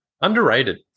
Underrated